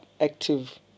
active